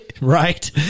right